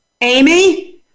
Amy